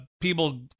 people